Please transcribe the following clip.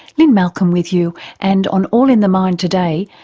lynne malcolm with you and on all in the mind today,